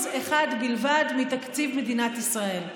1% בלבד מתקציב מדינת ישראל.